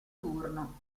turno